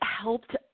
helped